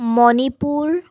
Manipur